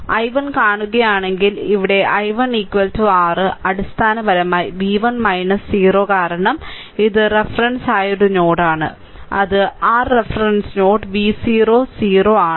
i1 കാണുകയാണെങ്കിൽ ഇവിടെ i1 r അടിസ്ഥാനപരമായി v1 0 കാരണം ഇത് റഫറൻസ് ആയ ഒരു നോഡാണ് അത് r റഫറൻസ് നോഡ് v0 0 ആണ്